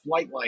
Flightline